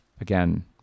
again